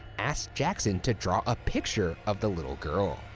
asked jackson to draw a picture of the little girl.